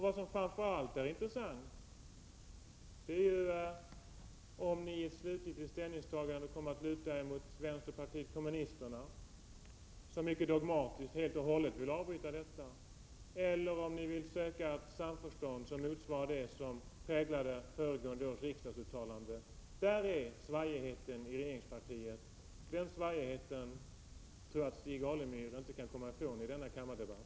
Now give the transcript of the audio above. Vad som framför allt är intressant är om ni i ett slutligt ställningstagande kommer att luta er mot vänsterpartiet kommunisterna, som icke-dogmatiskt helt och hållet vill avbryta detta eller om ni vill söka ett samförstånd som motsvarar det som vägledde förra årets riksdagsuttalande. Där är svajigheten i regeringspartiet, den svajighet som Stig Alemyr inte kan komma ifrån i denna kammardebatt.